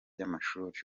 by’amashuri